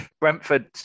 Brentford